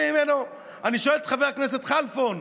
אני שואל את חבר הכנסת כלפון,